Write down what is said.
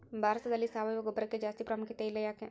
ಭಾರತದಲ್ಲಿ ಸಾವಯವ ಗೊಬ್ಬರಕ್ಕೆ ಜಾಸ್ತಿ ಪ್ರಾಮುಖ್ಯತೆ ಇಲ್ಲ ಯಾಕೆ?